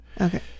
Okay